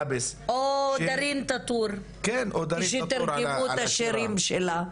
דארין טאטור כשתרגמו את השירים שלה.